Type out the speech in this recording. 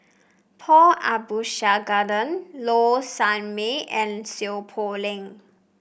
Paul Abisheganaden Low Sanmay and Seow Poh Leng